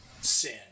sin